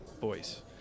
voice